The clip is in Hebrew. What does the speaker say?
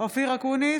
אופיר אקוניס,